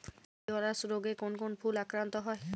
Gladiolus রোগে কোন কোন ফুল আক্রান্ত হয়?